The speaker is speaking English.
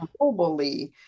globally